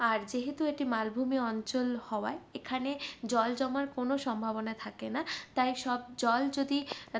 আর যেহেতু এটি মালভূমি অঞ্চল হওয়ায় এখানে জল জমার কোনো সম্ভাবনা থাকে না তাই সব জল যদি